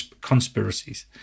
conspiracies